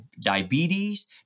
diabetes